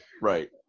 Right